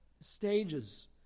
stages